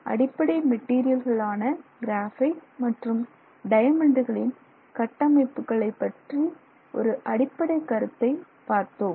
அடிப்படை மெட்டீரியல்களான கிராஃபைட் மற்றும் டயமண்ட்டுகளின் கட்டமைப்புகளை பற்றி ஒரு அடிப்படைக் கருத்தை பார்த்தோம்